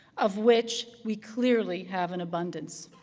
of which we clearly have an abundance.